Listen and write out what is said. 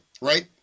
right